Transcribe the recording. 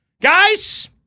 Guys